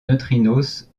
neutrinos